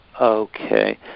Okay